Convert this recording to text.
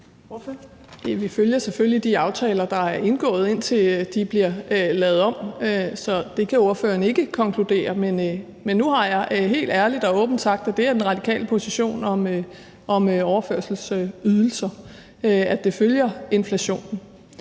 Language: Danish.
Vi følger selvfølgelig de aftaler, der er indgået, indtil de bliver lavet om, så det kan ordføreren ikke konkludere. Men nu har jeg helt ærligt og åbent sagt, at den radikale position med hensyn til overførselsydelser er, at det følger inflationen.